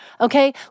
Okay